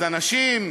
אז אנשים,